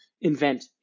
invent